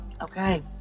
okay